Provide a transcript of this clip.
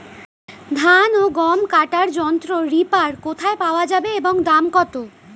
ধান ও গম কাটার যন্ত্র রিপার কোথায় পাওয়া যাবে এবং দাম কত?